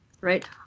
right